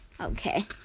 Okay